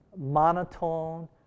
monotone